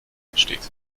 entsteht